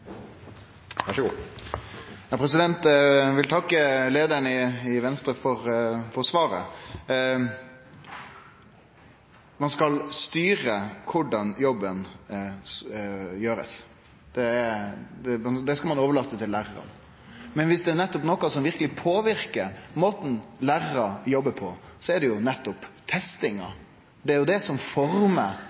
Eg vil takke leiaren i Venstre for svaret. Ein skal styre korleis jobben blir gjord. Det skal ein overlate til lærarane. Men er det noko som påverkar måten lærarar jobbar på, er det nettopp testinga. Det er det som